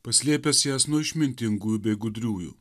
paslėpęs jas nuo išmintingųjų bei gudriųjų